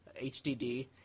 HDD